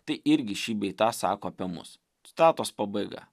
tai irgi šį bei tą sako apie mus citatos pabaiga